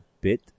bit